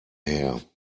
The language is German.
her